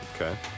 Okay